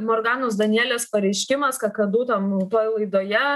morganos danielės pareiškimas kakadu tam toj laidoje